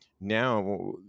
now